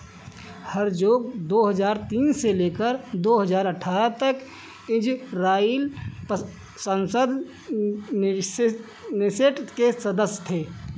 Herzog दो हज़ार तीन से लेकर दो हज़ार अठारह तक इजराइल संसद नेसेट के सदस्य थे